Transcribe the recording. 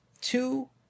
two